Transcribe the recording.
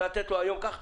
לתת לו היום כך.